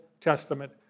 Testament